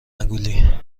مگولی